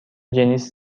جنیس